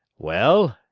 well,